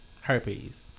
herpes